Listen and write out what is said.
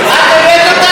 את הבאת אותם?